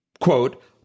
Quote